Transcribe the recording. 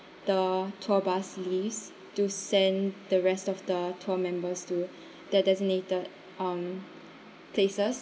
the tour bus leaves to send the rest of the tour members to their designated um places